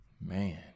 man